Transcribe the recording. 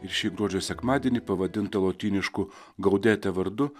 ir šį gruodžio sekmadienį pavadintą lotynišku gaudete vardu